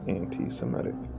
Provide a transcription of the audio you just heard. anti-Semitic